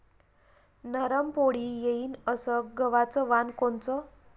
नरम पोळी येईन अस गवाचं वान कोनचं?